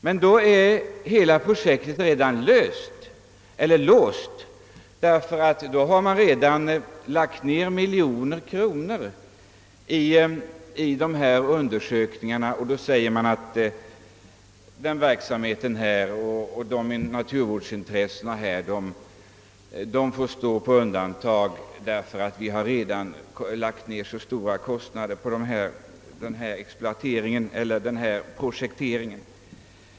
Men då är hela projektet redan låst, därför att då har man redan lagt ner miljoner kronor i undersökningarna. Då säger man att naturvårdsintressena får stå på undantag, ty man har offrat alltför stora kostnader på den ifrågavarande exploateringen eller projekteringen.